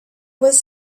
was